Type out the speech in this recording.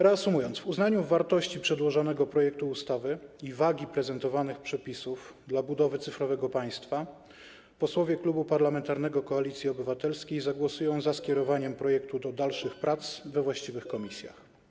Reasumując, w uznaniu wartości przedłożonego projektu ustawy i wagi prezentowanych przepisów dla budowy cyfrowego państwa posłowie Klubu Parlamentarnego Koalicja Obywatelska zagłosują za skierowaniem projektu do dalszych prac we właściwych komisjach.